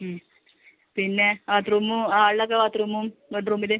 പിന്നെ ബാത്റൂമും ഹാളിലൊക്കെ ബാത്റൂമും ബെഡ്റൂമിൽ